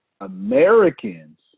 Americans